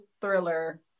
thriller